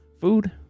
food